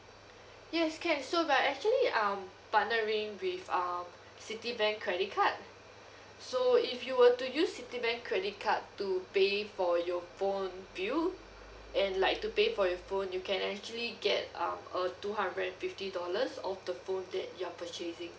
yes can so but actually um partnering with um citibank credit card so if you were to use citibank credit card to pay for your phone bill and like to pay for your phone you can actually get um a two hundred and fifty dollars off the phone that you're purchasing